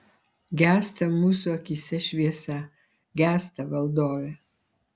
gęsta mūsų akyse šviesa gęsta valdove